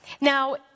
Now